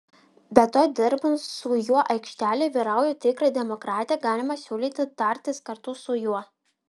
be to dirbant su juo aikštelėje vyrauja tikra demokratija galima siūlyti tartis kartu su juo